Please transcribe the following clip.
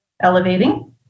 elevating